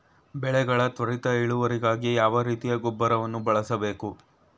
ಬೆಳೆಗಳ ತ್ವರಿತ ಇಳುವರಿಗಾಗಿ ಯಾವ ರೀತಿಯ ಗೊಬ್ಬರವನ್ನು ಬಳಸಬೇಕು?